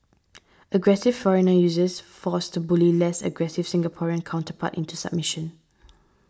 aggressive foreigner uses force to bully less aggressive Singaporean counterpart into submission